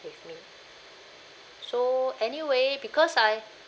with me so anyway because I